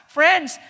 Friends